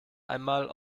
einmal